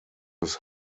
his